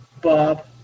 Bob